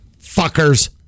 fuckers